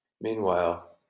Meanwhile